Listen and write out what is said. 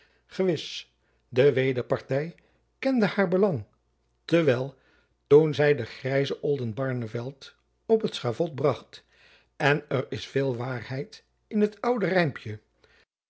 gewis de wederparty kende haar belang te wel toen zy den grijzen oldenbarneveldt op het schavot bracht en er is veel waarheid in het oude rijmpjen